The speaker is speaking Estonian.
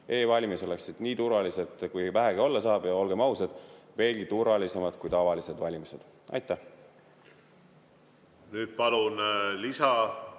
e‑valimised oleksid nii turvalised, kui vähegi olla saavad, ja olgem ausad, veelgi turvalisemad kui tavalised valimised. Nüüd